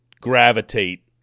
gravitate